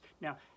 now